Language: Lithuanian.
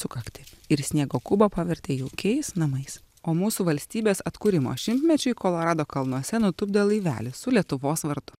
sukaktį ir sniego kubą pavertė jaukiais namais o mūsų valstybės atkūrimo šimtmečiui kolorado kalnuose nutupdė laivelį su lietuvos vardu